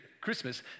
Christmas